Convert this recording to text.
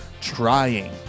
trying